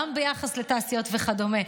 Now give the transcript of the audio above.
גם ביחס לתעשיות וכדומה,